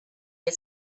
had